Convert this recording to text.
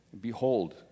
behold